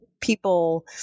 people